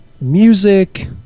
music